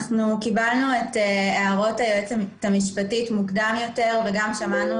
קיבלנו את הערות היועצת המשפטית מוקדם יותר וגם שמענו